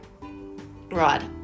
right